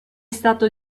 stato